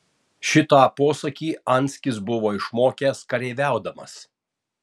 šitą posakį anskis buvo išmokęs kareiviaudamas